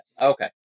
okay